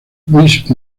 louis